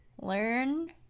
Learn